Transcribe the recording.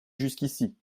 jusqu’ici